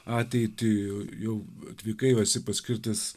ateitį jau atvykai o esi paskirtis